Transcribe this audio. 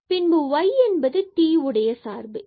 பின்பு y என்பது t உடைய சார்பு ஆகும்